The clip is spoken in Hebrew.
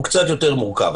הוא קצת יותר מורכב.